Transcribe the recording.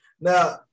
Now